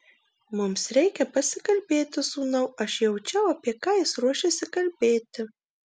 mums reikia pasikalbėti sūnau aš jaučiau apie ką jis ruošiasi kalbėti